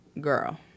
girl